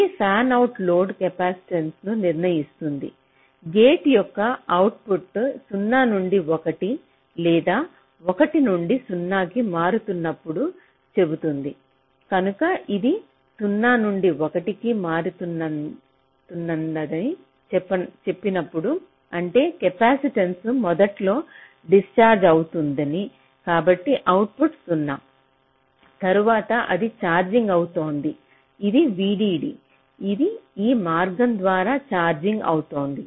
ఈ fanout load కెపాసిటెన్స్ను నిర్ణయిస్తుంది గేట్ యొక్క అవుట్పుట్ 0 నుండి 1 లేదా 1 నుండి 0 కి మారుతున్నప్పుడు చెబుతుంది కనుక ఇది 0 నుండి 1 కి మారుతున్నదని చెప్పినప్పుడు అంటే కెపాసిటర్ capacitor మొదట్లో డిశ్చార్జ్ అవుతుంది కాబట్టి అవుట్పుట్ 0 తరువాత అది ఛార్జింగ్ అవుతోంది ఇది VDD ఇది ఈ మార్గం ద్వారా ఛార్జింగ్ అవుతోంది